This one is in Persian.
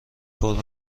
فرم